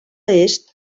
est